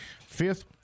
fifth